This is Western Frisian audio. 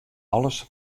alles